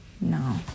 No